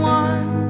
one